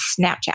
Snapchat